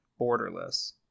borderless